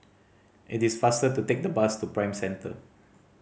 it is faster to take the bus to Prime Centre